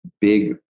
big